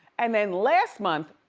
and then last month,